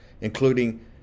including